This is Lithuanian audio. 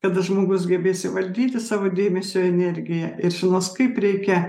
kada žmogus gebės įvaldyti savo dėmesio energiją ir žinos kaip reikia